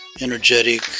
energetic